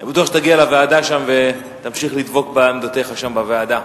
אני בטוח שתגיע לוועדה ותמשיך לדבוק בעמדותיך שם בוועדה.